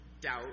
doubt